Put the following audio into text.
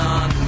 on